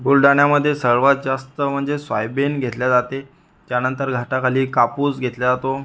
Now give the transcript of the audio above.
बुलढाण्यामध्ये सर्वांत जास्त म्हणजे सोयबीन घेतला जाते त्यानंतर घाटाखाली कापूस घेतला जातो